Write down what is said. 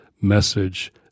message